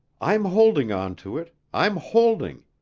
i'm holding onto it i'm holding,